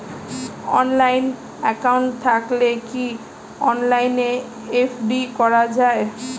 Online account থাকলে কি অনলাইনে এফ.ডি করা যায়?